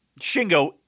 Shingo